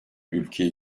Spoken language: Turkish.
ülkeye